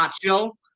Show